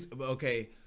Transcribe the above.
okay